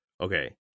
Okay